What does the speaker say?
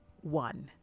one